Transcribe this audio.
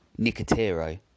Nicotero